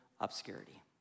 obscurity